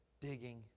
digging